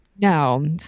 No